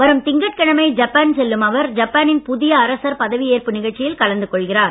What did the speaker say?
வரும் திங்கட்கிழமை ஜப்பான் செல்லும் அவர் ஜப்பானின் புதிய அரசர் பதவியேற்பு நிகழ்ச்சியில் கலந்து கொள்கிறார்